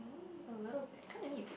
um a little bit I kinda need to